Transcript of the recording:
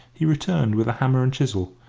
he returned with a hammer and chisel,